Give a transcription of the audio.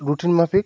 routine মাফিক